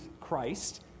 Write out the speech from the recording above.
Christ